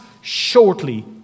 shortly